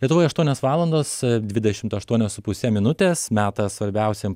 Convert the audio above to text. rytoj aštuonios valandos dvidešimt aštuonios su puse minutės metas svarbiausiam